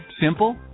simple